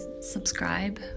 subscribe